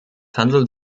handelt